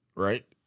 Right